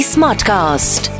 Smartcast